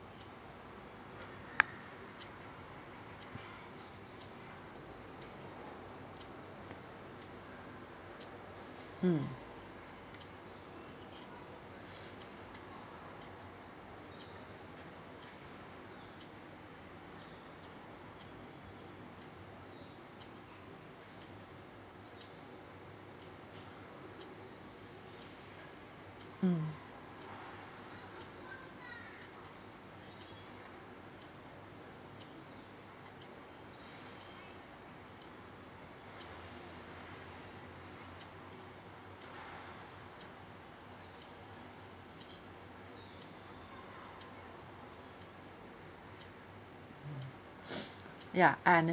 mm mm yeah I understand